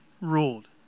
ruled